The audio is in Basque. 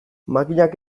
makinak